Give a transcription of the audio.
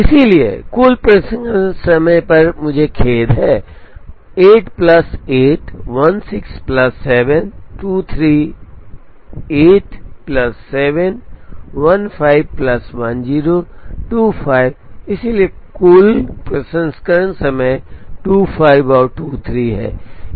इसलिए कुल प्रसंस्करण समय मुझे खेद है 8 प्लस 8 16 प्लस 7 23 8 प्लस 7 15 प्लस 10 25 इसलिए कुल प्रसंस्करण समय 25 और 23 हैं